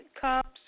cups